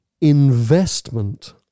Investment